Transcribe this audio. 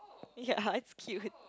ya it's cute